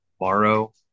tomorrow